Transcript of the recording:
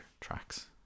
tracks